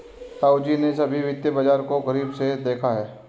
ताऊजी ने सभी वित्तीय बाजार को करीब से देखा है